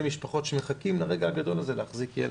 משפחות שמחכות לרגע הגדול הזה להחזיק ילד.